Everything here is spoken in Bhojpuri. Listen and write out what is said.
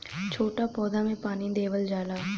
छोट पौधा में पानी देवल जाला